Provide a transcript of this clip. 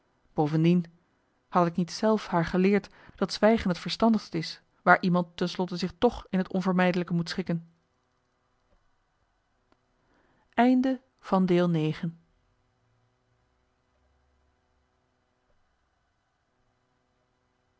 bovendien had ik niet zelf haar geleerd dat zwijgen het verstandigst is waar iemand ten slotte zich toch in het onvermijdelijke moet schikken